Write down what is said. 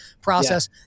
process